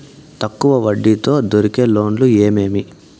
తక్కువ వడ్డీ తో దొరికే లోన్లు ఏమేమి